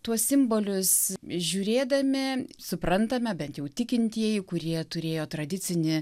tuos simbolius žiūrėdami suprantame bent jau tikintieji kurie turėjo tradicinį